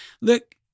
look